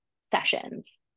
sessions